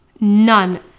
None